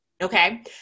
Okay